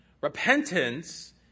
repentance